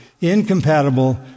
incompatible